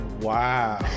Wow